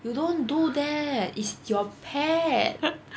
you don't do that it's your pet